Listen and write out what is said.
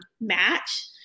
match